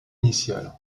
initiale